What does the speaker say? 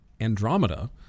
Andromeda